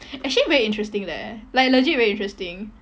actually very interesting leh like legit very interesting